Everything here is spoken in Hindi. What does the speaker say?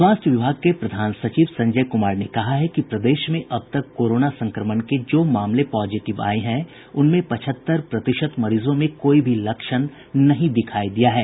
स्वास्थ्य विभाग के प्रधान सचिव संजय कुमार ने कहा है कि प्रदेश में अब तक कोरोना संक्रमण के जो मामले पॉजिटिव आये हैं उनमें पचहत्तर प्रतिशत मरीजों में कोई भी लक्षण नहीं दिखायी दिया है